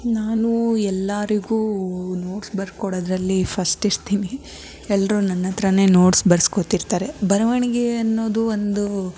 ನಾನು ಎಲ್ಲರಿಗೂ ನೋಟ್ಸ್ ಬರ್ಕೊಡೊದ್ರಲ್ಲಿ ಫಸ್ಟ್ ಇರ್ತೀನಿ ಎಲ್ಲರೂ ನನ್ನ ಹತ್ತಿರಾನೆ ನೋಟ್ಸ್ ಬರ್ಸ್ಕೊತಿರ್ತಾರೆ ಬರವಣಿಗೆ ಅನ್ನೋದು ಒಂದು